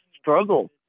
struggle